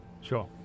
sure